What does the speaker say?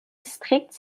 district